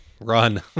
Run